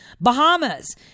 Bahamas